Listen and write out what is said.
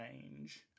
change